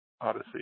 Odyssey